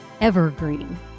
evergreen